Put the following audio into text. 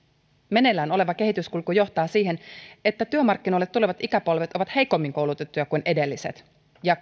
meneillään oleva kehityskulku johtaa siihen että työmarkkinoille tulevat ikäpolvet ovat heikommin koulutettuja kuin edelliset ja